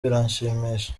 biranshimisha